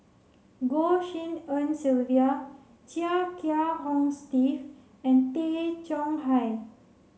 Goh Tshin En Sylvia Chia Kiah Hong Steve and Tay Chong Hai